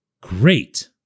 Great